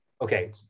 Okay